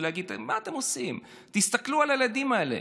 ולהגיד "מה אתם עושים?" תסתכלו על הילדים האלה.